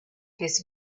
his